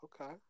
Okay